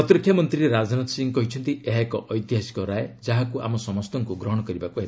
ପ୍ରତିରକ୍ଷା ମନ୍ତ୍ରୀ ରାଜନାଥ ସିଂହ କହିଛନ୍ତି ଏହା ଏକ ଐତିହାସିକ ରାୟ ଯାହାକୁ ଆମ ସମସ୍ତଙ୍କୁ ଗ୍ରହଣ କରିବାକୁ ହେବ